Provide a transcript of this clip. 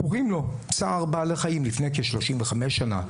קוראים לו "צער בעלי חיים", לפני כ-35 שנה.